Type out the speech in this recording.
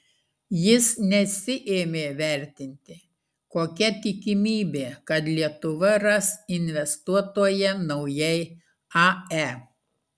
jis nesiėmė vertinti kokia tikimybė kad lietuva ras investuotoją naujai ae